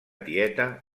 tieta